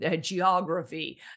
geography